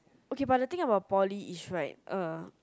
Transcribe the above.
okay but the thing about poly is right uh